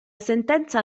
sentenza